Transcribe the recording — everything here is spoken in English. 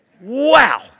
wow